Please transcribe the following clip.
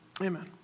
Amen